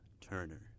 Turner